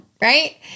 right